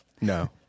No